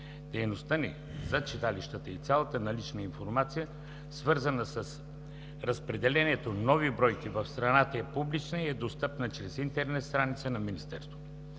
Дейността ни за читалищата и цялата налична информация, свързана с разпределението на нови бройки в страната е публична и е достъпна чрез интернет страницата на Министерството,